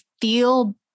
feel